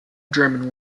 german